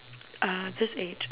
uh this age